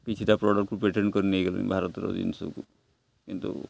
କିଛିଟା ପ୍ରଡ଼କ୍ଟକୁ ପେଟେଣ୍ଟ କରି ନେଇଗଲେଣି ଭାରତର ଜିନିଷକୁ କିନ୍ତୁ